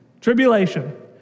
tribulation